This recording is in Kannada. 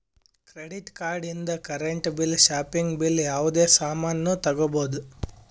ಕ್ರೆಡಿಟ್ ಕಾರ್ಡ್ ಇಂದ್ ಕರೆಂಟ್ ಬಿಲ್ ಶಾಪಿಂಗ್ ಬಿಲ್ ಯಾವುದೇ ಸಾಮಾನ್ನೂ ತಗೋಬೋದು